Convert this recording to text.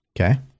Okay